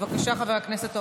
בבקשה, חבר הכנסת הורוביץ.